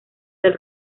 del